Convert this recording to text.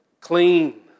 clean